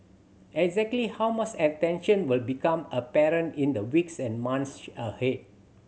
exactly how much attention will become apparent in the weeks and months ahead